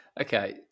okay